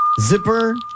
zipper